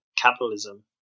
capitalism